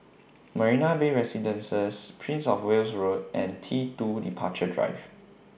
Marina Bay Residences Prince of Wales Road and T two Departure Drive